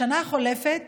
בשנה החולפת